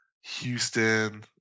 Houston